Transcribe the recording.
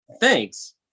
thanks